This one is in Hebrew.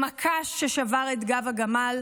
הם הקש ששבר את גב הגמל,